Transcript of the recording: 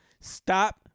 stop